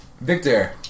Victor